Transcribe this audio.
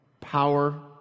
power